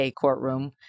courtroom